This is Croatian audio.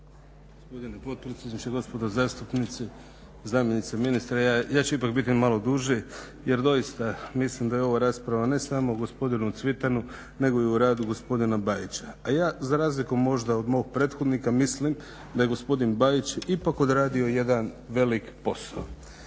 gospodo zastupnici, zamjenice ministra. Ja ću ipak biti malo duži jer doista mislim da je ova rasprava ne samo o gospodinu Cvitanu nego i o radu gospodina Bajića. A ja za razliku možda od mog prethodnika mislim da je gospodin Bajić ipak odradio jedan veliki posao.